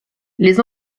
les